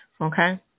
Okay